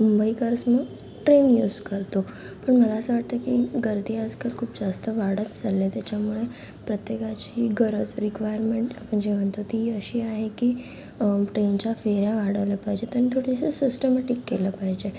मुंबईकर्स मग train use करतो पण मला असं वाटतं की गर्दी आजकाल खूप जास्त वाढत चालली आहे त्याच्यामुळे प्रत्येकाची गरज रिक्वायरमेंट म्हणजे म्हणतो ती अशी आहे की ट्रेनच्या फेऱ्या वाढवल्या पाहिजेत आणि थोड्याशा सिस्टिमॅटिक केलं पाहिजे